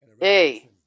hey